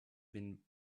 been